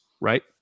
right